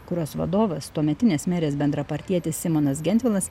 kurios vadovas tuometinės merės bendrapartietis simonas gentvilas